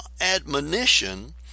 admonition